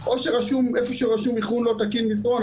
או איפה שרשום 'איכון לא תקין מסרון',